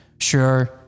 Sure